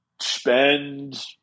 spend